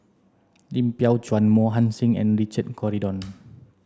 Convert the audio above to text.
Lim Biow Chuan Mohan Singh and Richard Corridon